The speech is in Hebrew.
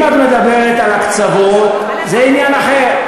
אם את מדברת על הקצבות, זה עניין אחר.